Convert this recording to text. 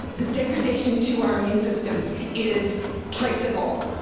the degradation to our immune systems is traceable.